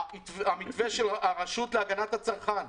המתווה של הרשות להגנת הצרכן.